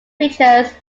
features